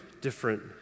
different